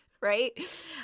right